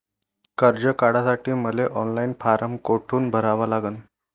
कर्ज काढासाठी मले ऑनलाईन फारम कोठून भरावा लागन?